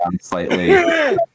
slightly